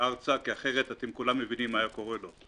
ארצה כי אחרת כולכם מבינים מה היה קורה לו.